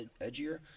edgier